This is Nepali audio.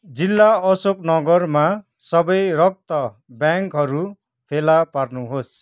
जिल्ला अशोकनगरमा सबै रक्त ब्याङ्कहरू फेला पार्नुहोस्